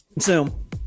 Zoom